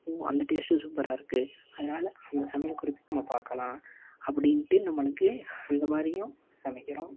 ஓ அந்த டேஸ்ட்டு சூப்பராக இருக்குது அதனால் அந்த சமையல் குறிப்பு நம்ம பார்க்கலாம் அப்படின்ட்டு நம்மளுக்கு அந்தமாதிரியும் சமைக்கிறோம்